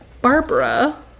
Barbara